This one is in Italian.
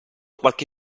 qualche